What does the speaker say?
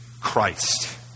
Christ